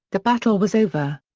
the battle was over.